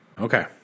Okay